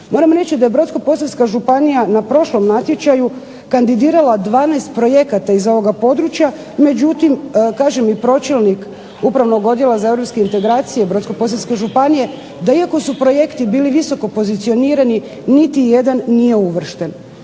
moram reći da je Brodsko-posavska županija na prošlom natječaju kandidirala 12 projekata iz ovoga područja, međutim kaže mi pročelnik Upravnog odjela za europske integracije Brodsko-posavske županije da iako su projekti bili visoko pozicionirani niti jedan nije uvršten.